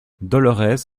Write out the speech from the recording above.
dolorès